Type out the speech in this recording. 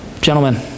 Gentlemen